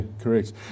correct